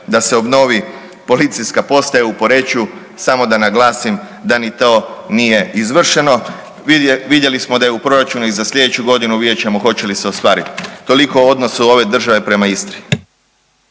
da se obnovi Policijska postaja u Poreču, samo da naglasim da ni to nije izvršeno. Vidjeli smo da je u Proračunu i za sljedeću godinu, vidjet ćemo hoće li se ostvariti. Toliko o odnosu ove države prema Istri.